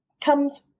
comes